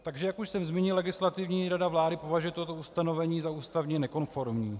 Takže jak už jsem zmínil, Legislativní rada vlády považuje toto ustanovení za ústavně nekonformní.